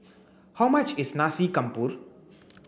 how much is Nasi Campur